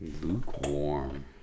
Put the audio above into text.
Lukewarm